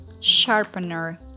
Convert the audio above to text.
sharpener